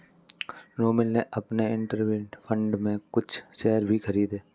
रोमिल ने अपने investment fund से कुछ शेयर भी खरीदे है